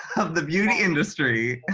of the beauty industry,